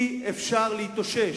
אי-אפשר להתאושש.